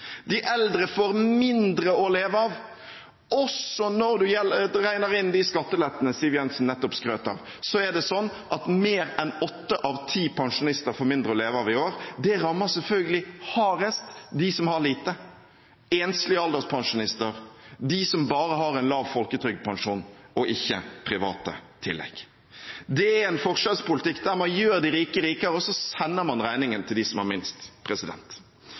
De eldre får mindre å leve av. Også når man regner inn de skattelettene Siv Jensen nettopp skrøt av, er det sånn at mer enn åtte av ti pensjonister får mindre å leve av i år. Det rammer selvfølgelig hardest dem som har lite: enslige alderspensjonister, de som bare har en lav folketrygdpensjon og ikke private tillegg. Det er en forskjellspolitikk der man gjør de rike rikere, og så sender man regningen til dem som har minst.